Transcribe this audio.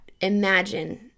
imagine